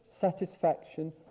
satisfaction